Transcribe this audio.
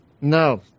No